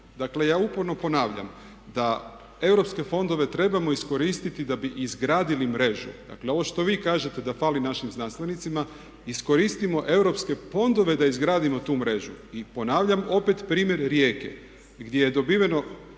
Dakle, ja uporno ponavljam da europske fondove trebamo iskoristiti da bi izgradili mrežu. Dakle, ovo što vi kažete da fali našim znanstvenicima iskoristimo europske fondove da izgradimo tu mrežu. I ponavljam opet primjer Rijeke gdje je dobiveno